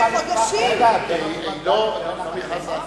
נעמי חזן,